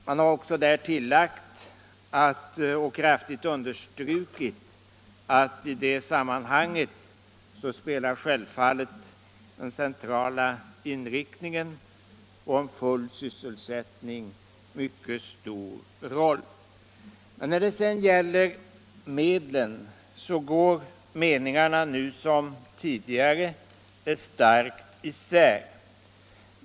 Man har där också tillagt och kraftigt strukit under att den centrala inriktningen på full sysselsättning i det sammanhanget självfallet spelar en mycket stor roll. Men när det sedan gäller medlen går meningarna nu som tidigare starkt isär.